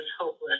hopeless